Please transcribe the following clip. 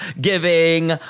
giving